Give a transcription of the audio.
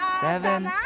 seven